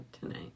tonight